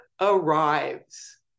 arrives